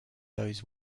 those